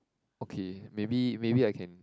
okay maybe maybe I can